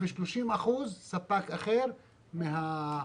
וגם באזורים שכדאי לה היא תיקח רק את מה שכדאי לה.